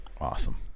Awesome